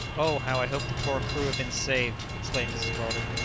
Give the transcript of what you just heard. oh, how i hope the poor crew have been saved! exclaimed mrs weldon.